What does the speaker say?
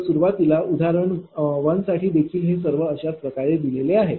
तर सुरुवातीला उदाहरण 1 साठी देखील हे सर्व अशाच प्रकारे दिलेले आहे